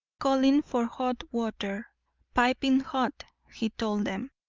calling for hot water piping hot, he told them